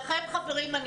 לכם חברים,